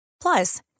Plus